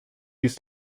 dies